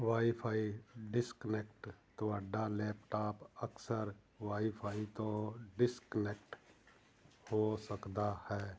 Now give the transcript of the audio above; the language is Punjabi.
ਵਾਈਫਾਈ ਡਿਸਕਨੈਕਟ ਤੁਹਾਡਾ ਲੈਪਟਾਪ ਅਕਸਰ ਵਾਈਫਾਈ ਤੋਂ ਡਿਸਕਨੈਕਟ ਹੋ ਸਕਦਾ ਹੈ